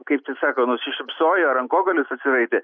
kaip čia sako nusišypsojo rankogalius atsiraitė